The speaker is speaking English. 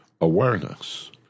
awareness